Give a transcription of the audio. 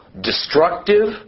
destructive